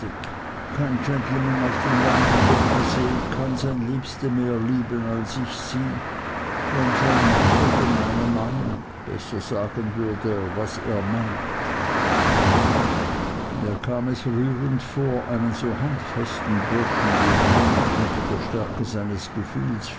auf den land und op de see kann sien liewste mehr lieben als ich sie wenn schon mancher gemeine mann besser sagen würde was er meint mir kam es rührend vor einen so handfesten burschen wie ham unter der stärke seines gefühls